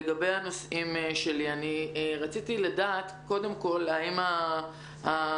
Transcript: לגבי הנושאים שלי רציתי לדעת קודם כל האם האחראי